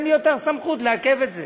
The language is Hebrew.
אין לי יותר סמכות לעכב את זה,